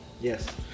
yes